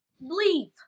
Leave